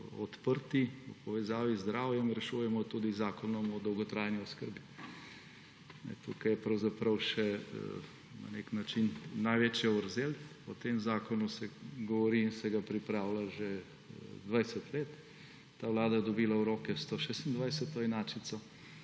odprti v povezavi z zdravjem, rešujemo tudi zakon o dolgotrajni oskrbi. Tukaj je pravzaprav še na nek način največja vrzel. O tem zakonu se govori in se ga pripravlja že 20 let. Ta vlada je dobila v roke 126. enačico.